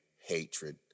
hatred